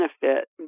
benefit